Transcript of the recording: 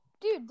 dude